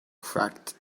cracked